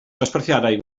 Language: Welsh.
dosbarthiadau